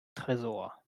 tresor